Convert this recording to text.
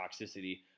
toxicity